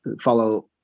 follow